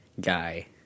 guy